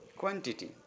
quantity